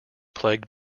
plagued